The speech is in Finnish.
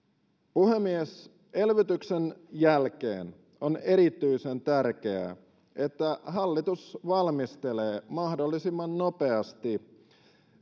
puhemies elvytyksen jälkeen on erityisen tärkeää että hallitus valmistelee mahdollisimman nopeasti